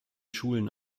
schulen